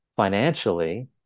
financially